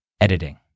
editing